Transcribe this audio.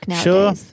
Sure